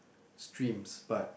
streams but